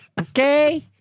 Okay